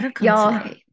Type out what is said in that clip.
y'all